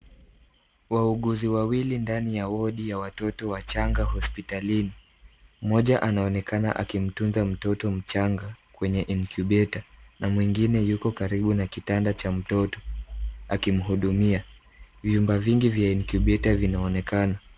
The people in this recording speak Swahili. Wauguzi wawili ndani ya wodi ya watoto wachanga hospitalini. Mmoja anaonekana akimtunza mtoto mchanga kwenye incubator na mwigine yuko karibu na kitanda cha mtoto akimuhudumia. Vyumba vingi vya incubator vinaonekana.